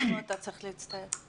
אתה לא צריך להצטער.